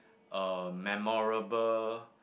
uh memorable